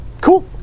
Cool